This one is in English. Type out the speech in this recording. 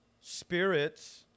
spirits